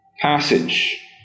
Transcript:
passage